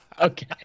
Okay